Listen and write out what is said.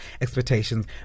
expectations